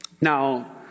Now